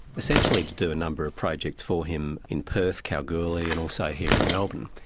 essentially to do a number of projects for him in perth, kalgoorlie and also here in melbourne,